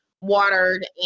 watered